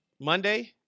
Monday